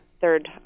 third